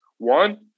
One